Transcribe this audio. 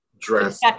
dress